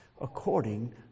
according